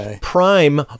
Prime